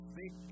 big